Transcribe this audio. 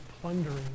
plundering